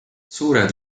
suured